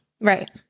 Right